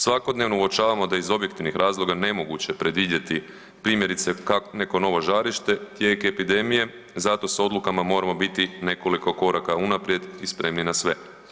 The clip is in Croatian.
Svakodnevno uočavamo da je iz objektivnih razloga nemoguće predvidjeti primjerice neko novo žarište, tijek epidemije zato s odlukama moramo biti nekoliko koraka unaprijed i spremni na sve.